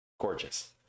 Gorgeous